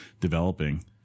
developing